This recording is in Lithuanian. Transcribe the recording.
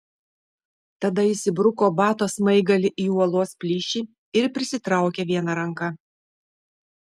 tada jis įbruko bato smaigalį į uolos plyšį ir prisitraukė viena ranka